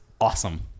awesome